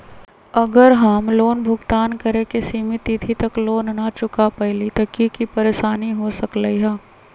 अगर हम लोन भुगतान करे के सिमित तिथि तक लोन न चुका पईली त की की परेशानी हो सकलई ह?